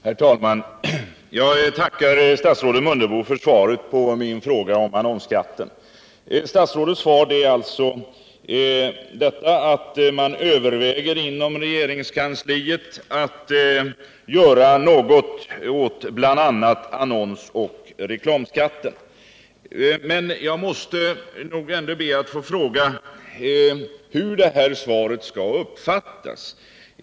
Herr talman! Jag tackar statsrådet Mundebo för svaret på min fråga om annonsskatten. Statsrådets svar går alltså ut på att man inom regeringskansliet överväger att göra något åt bl.a. annonsoch reklamskatten. Jag måste ändå be att få fråga hur svaret skall uppfattas.